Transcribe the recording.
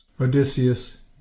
Odysseus